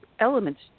elements